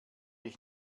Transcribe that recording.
ich